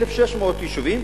1,600 תושבים,